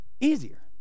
easier